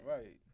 Right